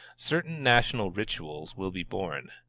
certain national rituals, will be born.